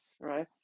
right